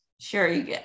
Sure